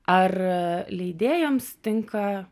ar leidėjams tinka